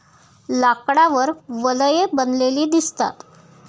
लाकडावर वलये बनलेली दिसतात